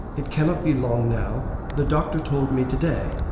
it cannot be long now. the doctor told me to-day.